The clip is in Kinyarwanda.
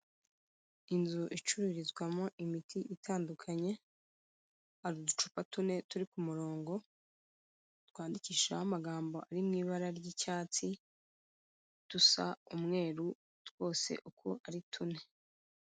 Inzu icururizwamo imiti itandukanye, hari uducupa tune turi ku murongo, twandikishijeho amagambo ari mu ibara ry'icyatsi, dusa umweru, twose uko ari tune.